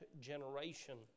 generation